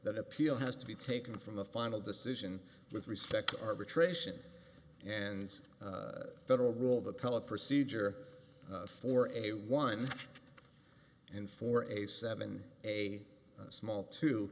that appeal has to be taken from a final decision with respect to arbitration and federal rule the pella procedure for anyone and for a seven a small t